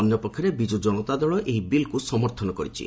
ଅନ୍ୟ ପକ୍ଷରେ ବିଜୁ ଜନତା ଦଳ ଏହି ବିଲ୍କୁ ସମର୍ଥନ କରିଛି